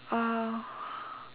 uh